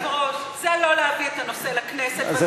אדוני היושב-ראש, זה לא להביא את הנושא לכנסת.